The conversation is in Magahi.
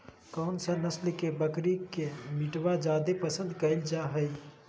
कौन सा नस्ल के बकरी के मीटबा जादे पसंद कइल जा हइ?